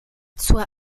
zur